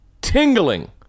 tingling